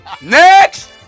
Next